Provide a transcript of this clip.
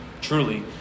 truly